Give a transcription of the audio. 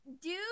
dude